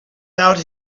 out